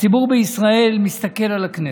הציבור בישראל מסתכל על הכנסת.